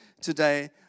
today